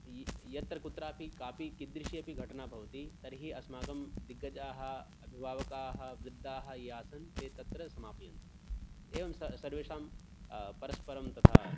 य यत्र कुत्रापि कापि कीदृश्यपि घटना भवति तर्हि अस्माकं दिग्गजाः अभिभावकाः वृद्धाः ये आसन् ते तत्र समापयन्ति एवं सर् सर्वेषां परस्परं तथा